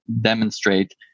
demonstrate